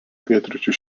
pietryčių